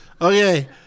Okay